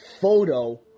photo